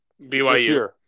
BYU